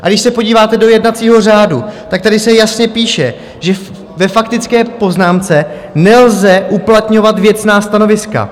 Když se podíváte do jednacího řádu, tady se jasně píše, že ve faktické poznámce nelze uplatňovat věcná stanoviska.